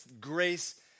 grace